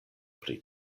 pri